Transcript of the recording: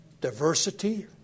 Diversity